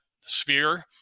sphere